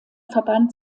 verband